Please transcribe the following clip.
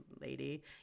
lady